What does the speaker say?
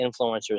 influencers